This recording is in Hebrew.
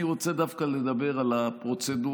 אני רוצה דווקא לדבר על הפרוצדורה,